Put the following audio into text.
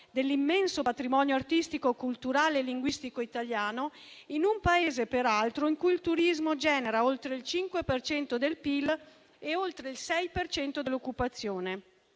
dell'immenso patrimonio artistico, culturale e linguistico italiano, in un Paese peraltro in cui il turismo genera oltre il 5 per cento del PIL e oltre il 6 per cento dell'occupazione.